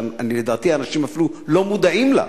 שלדעתי אנשים אפילו לא מודעים לה.